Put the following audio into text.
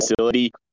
facility